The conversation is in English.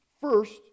First